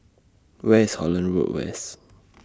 Where IS Holland Road West